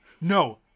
No